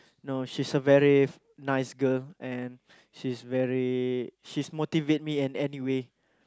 no she's a very nice girl and she's very she's motivate me in any way